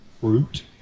Fruit